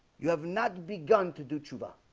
you have not begun to do chuba